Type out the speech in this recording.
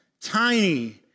tiny